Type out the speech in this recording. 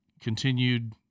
continued